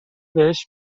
بهش